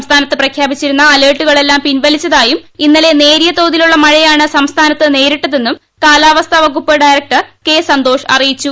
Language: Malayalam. സംസ്ഥാനത്ത് പ്രഖ്യാപിച്ചിരുന്ന അലേർട്ടുകൾ എല്ലാം പിൻവലിച്ചതായും ഇന്നലെ നേരിയ തോതിലുള്ള മഴയാണ് സംസ്ഥാന നേരിട്ടതെന്നും കാലാവസ്ഥ വകുപ്പ് ഡയറക്ടർ കെ സന്തോഷ് അറിയിച്ചു